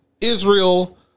Israel